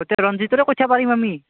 এতিয়া ৰঞ্জিতৰে কইঠা পাৰিম আমি